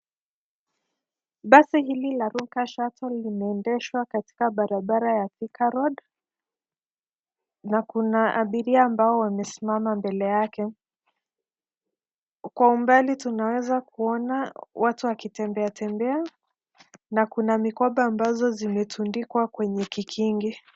Basi hili la RUNKA SHUTTLE limeendeshwa katika barabara ya THIKA ROAD, na kuna abiria ambao wamesimama mbele yake. Kwa umbali tunaweza kuona watu wakitembea tembea, na kuna mikoba ambazo zimetundikwa kwenye kikingi.